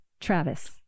Travis